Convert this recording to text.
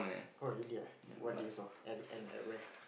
oh really ah what did you saw and and at where